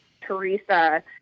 Teresa